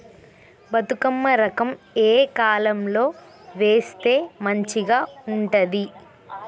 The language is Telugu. బతుకమ్మ రకం ఏ కాలం లో వేస్తే మంచిగా ఉంటది?